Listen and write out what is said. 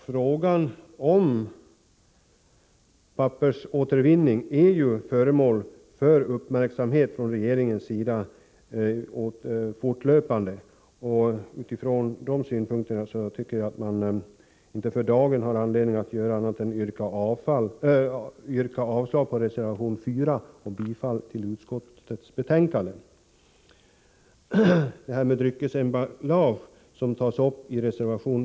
Frågan om pappersåtervinning är fortlöpande föremål för uppmärksamhet från regeringens sida. Mot bakgrund av dessa synpunkter finns det för dagen inte anledning att göra annat än att yrka avslag på reservationen 4 och yrka bifall till utskottets hemställan. I reservation 5 behandlas frågan om dryckesemballage.